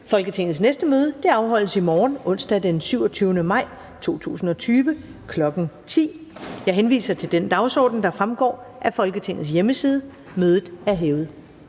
Folketingets næste møde afholdes i morgen, onsdag den 27. maj 2020, kl. 10.00. Jeg henviser til den dagsorden, der fremgår af Folketingets hjemmeside. Mødet er hævet.